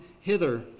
hither